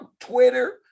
Twitter